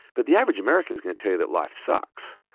but the average american is going to tell you that life sucks.